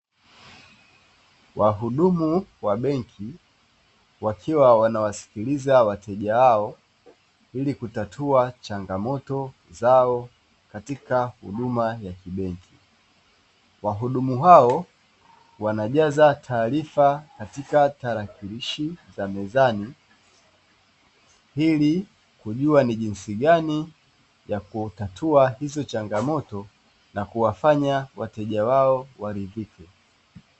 Wahudumu wa benki wakiwa wanawasikiliza wateja wao ili kutatua changamoto zao katika huduma ya kibenki, wahudumu hao wanajaza taarifa katika tarakilishi za mezani ili kujua ni jinsi gani ya kutatua hizo changamoto na kuwafanya wateja wao waridhike.